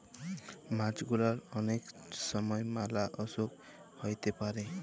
মাছ গুলার অলেক ছময় ম্যালা অসুখ হ্যইতে পারে